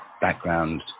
background